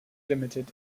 limited